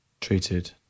treated